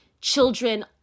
children